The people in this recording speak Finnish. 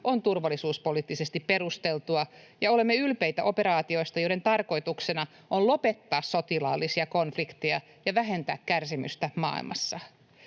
on turvallisuuspoliittisesti perusteltua, ja olemme ylpeitä operaatioista, joiden tarkoituksena on lopettaa sotilaallisia konflikteja ja vähentää kärsimystä maailmassa.